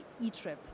eTrip